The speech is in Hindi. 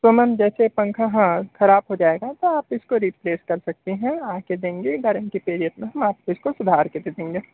तो मैम जैसे पंखा हाँ ख़राब हो जाएगा तो आप इसको रिप्लेस कर सकते हैं आ के देंगे गारंटी पर यस आपको उसको सुधार के भी देंगे